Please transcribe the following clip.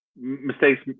mistakes